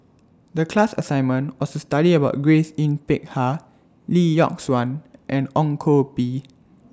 The class assignment was to study about Grace Yin Peck Ha Lee Yock Suan and Ong Koh Bee